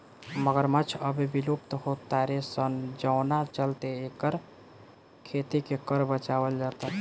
मगरमच्छ अब विलुप्त हो तारे सन जवना चलते एकर खेती के कर बचावल जाता